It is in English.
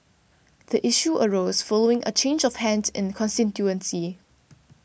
the issue arose following a change of hands in the constituency